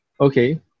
okay